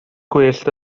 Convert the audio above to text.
gwyllt